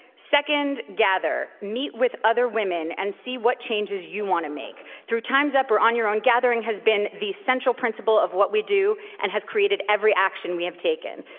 second, gather. meet with other women and see what changes you want to make. through times up or on your own gathering has been the central principle of what we do and has created every action we have taken.